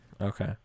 okay